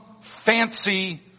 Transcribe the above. fancy